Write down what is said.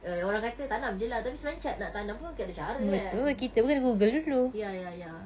orang kata tanam jer lah tapi sebenarnya ca~ nak tanam pun ada cara kan ya ya ya